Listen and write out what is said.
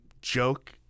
joke